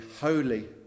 holy